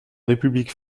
république